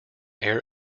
air